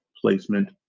placement